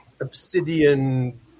obsidian